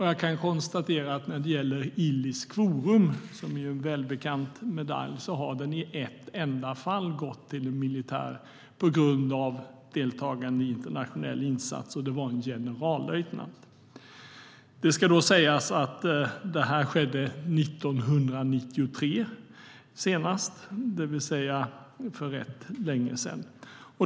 Jag kan konstatera att Illis quorum, som är en välbekant medalj, i ett enda fall har gått till en militär på grund av deltagande i internationell insats. Det var en generallöjtnant. Det ska sägas att det här skedde 1993, det vill säga för rätt länge sedan.